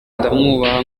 ndamwubaha